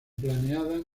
planeada